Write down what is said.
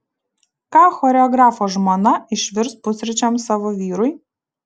ką choreografo žmona išvirs pusryčiams savo vyrui